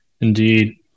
Indeed